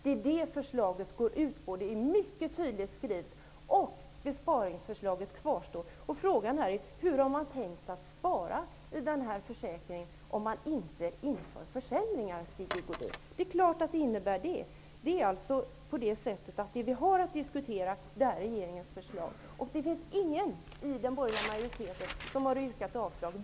Det går förslaget ut på, och det är mycket tydligt skrivet. Besparingsförslaget kvarstår. Jag undrar då: Hur har man tänkt sig spara i den här försäkringen om man inte inför försäljningar? Självfallet innebär förslaget försäljningar. Det vi alltså har att diskutera är regeringens förslag. Ingen av den borgerliga majoriteten har yrkat avslag på förslaget.